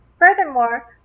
Furthermore